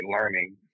learning